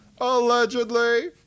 Allegedly